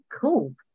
cool